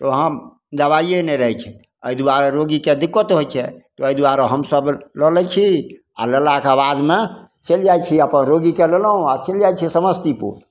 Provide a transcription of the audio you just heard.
वहाँ दवाइए नहि रहै छै एहि दुआरे रोगीके दिक्कत होइ छै तऽ एहि दुआरे हमसभ लऽ लै छी आओर लेलाके बादमे चलि जाइ छी आओर अपन रोगीकेँ लेलहुँ आओर चलि जाइ छी समस्तीपुर